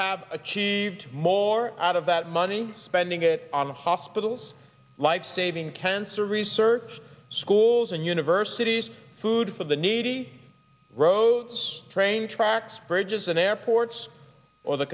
have achieved more out of that money spending it on hospitals lifesaving cancer research schools and universities food for the needy roads train tracks bridges in airports or the